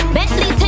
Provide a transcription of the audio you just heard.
Bentley